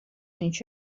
viņš